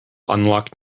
unlock